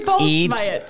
eat